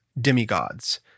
demigods